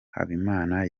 habimana